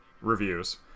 reviews